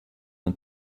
and